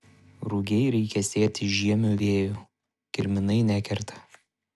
rugiai reikia sėti žiemiu vėju kirminai nekerta